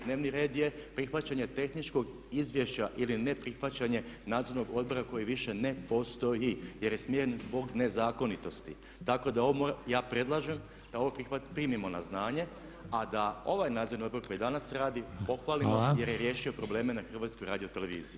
Dnevni red je prihvaćanje tehničkog izvješća ili ne prihvaćanje nadzornog odbora koji više ne postoji jer je smijenjen zbog nezakonitosti tako da ja predlažem da ovo primimo na znanje a da ovaj nadzorni odbor koji danas radi pohvalimo jer je riješio probleme na HRT-u.